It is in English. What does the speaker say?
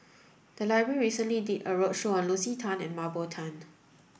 the library recently did a roadshow on Lucy Tan and Mah Bow Tan